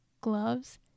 gloves